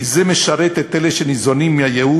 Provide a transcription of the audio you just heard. כי זה משרת את אלה שניזונים מהייאוש,